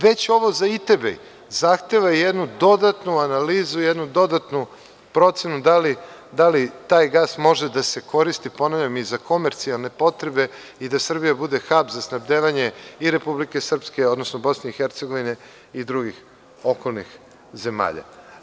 Već ovo za Itebej zahteva jednu dodatnu analizu, jednu dodatnu procenu da li taj gas može da se koristi, ponavljam i za komercijalne potrebe i da Srbija bude hab za snabdevanje i Republike Srpske, odnosno BiH i drugih okolnih zemalja.